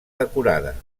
decorada